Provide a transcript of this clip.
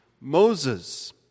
Moses